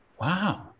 Wow